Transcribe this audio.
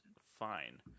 fine